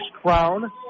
crown